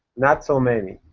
not so many.